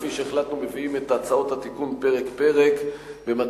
בבקשה, יושב-ראש ועדת הכנסת, חבר הכנסת יריב לוין.